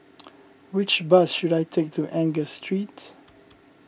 which bus should I take to Angus Street